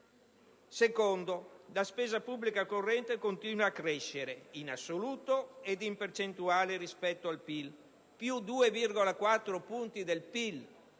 luogo, la spesa pubblica corrente continua a crescere in assoluto ed in percentuale rispetto al PIL (più 2,4 punti), pur